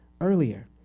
earlier